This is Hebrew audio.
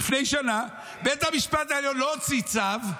לפני שנה, בית המשפט העליון לא הוציא צו,